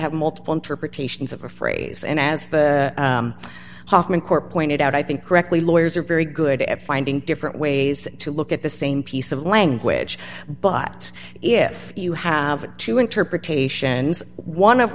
have multiple interpretations of a phrase and as hoffman court pointed out i think correctly lawyers are very good at finding different ways to look at the same piece of language but if you have two interpretations one of